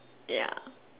ya